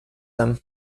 them